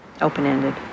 open-ended